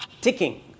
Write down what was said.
ticking